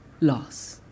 Loss